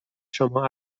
شما